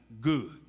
good